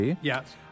Yes